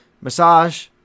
massage